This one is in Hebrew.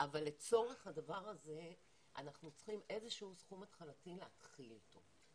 אבל לצורך הדבר הזה אנחנו צריכים איזשהו סכום התחלתי להתחיל אתו.